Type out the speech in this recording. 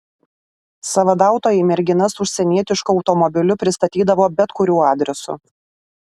sąvadautojai merginas užsienietišku automobiliu pristatydavo bet kuriuo adresu